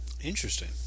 interesting